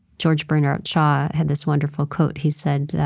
george bernard shaw had this wonderful quote. he said,